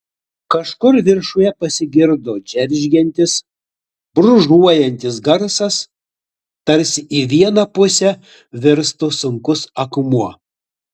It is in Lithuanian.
kažkur viršuje pasigirdo džeržgiantis brūžuojantis garsas tarsi į vieną pusę virstų sunkus akmuo